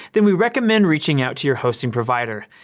then we recommend reaching out to your hosting provider.